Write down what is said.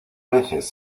veces